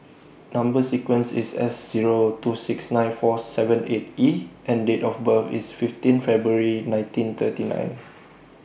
Number sequence IS S Zero two six nine four seven eight E and Date of birth IS fifteen February nineteen thirty nine